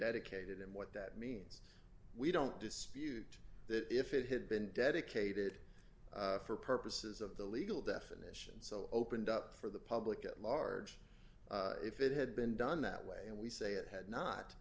dedicated and what that means we don't dispute that if it had been dedicated for purposes of the legal definition so opened up for the public at large if it had been done that way and we say it had not